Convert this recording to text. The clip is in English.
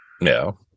No